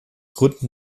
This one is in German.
gründen